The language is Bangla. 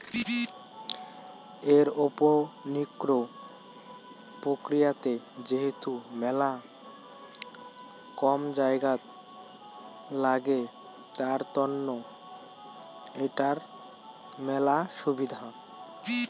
এরওপনিক্স প্রক্রিয়াতে যেহেতু মেলা কম জায়গাত লাগে, তার তন্ন এটার মেলা সুবিধা